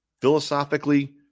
philosophically